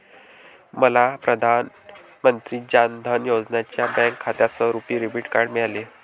मला प्रधान मंत्री जान धन योजना यांच्या बँक खात्यासह रुपी डेबिट कार्ड मिळाले